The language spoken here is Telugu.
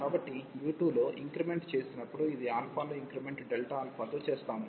కాబట్టి u2 లో ఇంక్రిమెంట్ చేసినప్పుడు ఇది లో ఇంక్రిమెంట్ Δα తో చేస్తాము